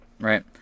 Right